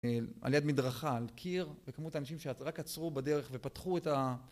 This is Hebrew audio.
על יד מדרכה, על קיר, וכמות האנשים שרק עצרו בדרך ופתחו את ה...